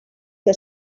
que